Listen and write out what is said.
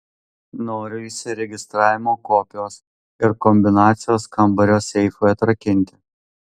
noriu įsiregistravimo kopijos ir kombinacijos kambario seifui atrakinti